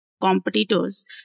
competitors